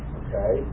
okay